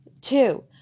Two